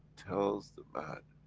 tells the man,